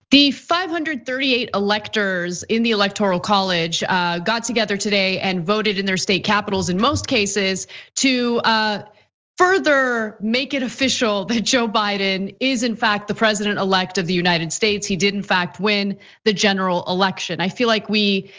five hundred and thirty eight electors in the electoral college got together today and voted in their state capitals in most cases to further make it official that joe biden is, in fact, the president-elect of the united states. he did, in fact, win the general election. i feel like we,